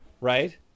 Right